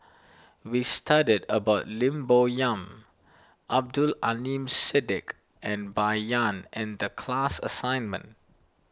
we studied about Lim Bo Yam Abdul Aleem Siddique and Bai Yan in the class assignment